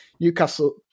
Newcastle